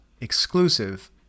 exclusive